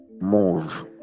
move